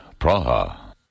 Praha